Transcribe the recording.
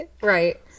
Right